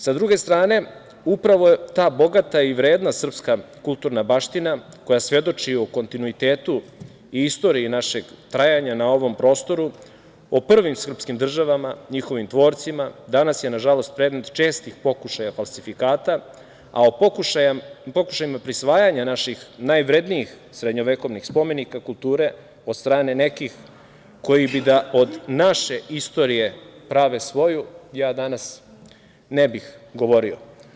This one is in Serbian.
Sa druge strane, upravo je ta bogata i vredna srpska kulturna baština koja svedoči o kontinuitetu i istoriji našeg trajanja na ovom prostoru, o prvim srpskim državama, njihovim tvorcima, danas je, nažalost, predmet čestih pokušaja falsifikata, a o pokušajima prisvajanja naših najvrednijih srednjovekovnih spomenika kulture od strane nekih koji bi da od naše istorije prave svoju, ja danas ne bih govorio.